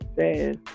says